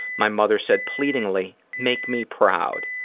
my mother said pleadingly, make me proud.